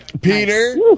Peter